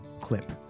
clip